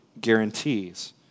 guarantees